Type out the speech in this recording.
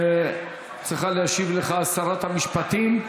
צריכה להשיב לך שרת המשפטים.